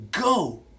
Go